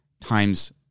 times